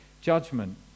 judgment